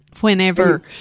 Whenever